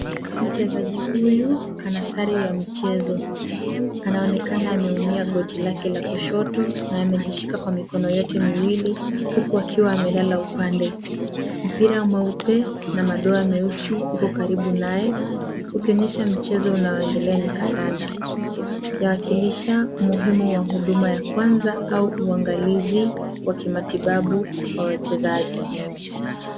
Mchezaji huyu ana sare ya michezo, anaonekana ameumia goti lake la kushoto na amejishika kwa mikono yote miwili huku akiwa amelala upande. Mpira mweupe na madoa meusi uko karibu naye, ukionyesha mchezo unaoendelea ni kandanda. Yawakilisha umuhimu wa huduma ya kwanza au uangalizi wa kimatibabu kwa wachezaji.